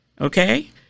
Okay